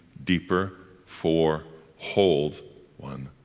deeper, four, hold one,